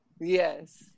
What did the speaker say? Yes